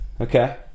Okay